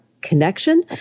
Connection